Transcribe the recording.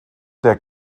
der